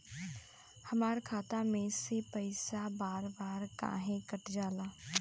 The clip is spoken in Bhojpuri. हमरा खाता में से पइसा बार बार काहे कट जाला?